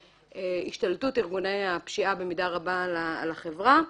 מהשתלטותך ארגוני הפשיעה במידה רבה על החברה.